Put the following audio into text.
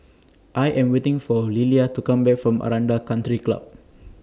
I Am waiting For Lillia to Come Back from Aranda Country Club